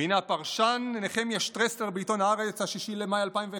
והינה הפרשן נחמיה שטרסלר בעיתון הארץ ב-6 במאי 2011: